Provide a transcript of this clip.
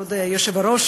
כבוד היושב-ראש,